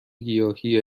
گیاهی